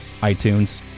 iTunes